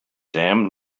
dam